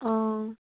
অঁ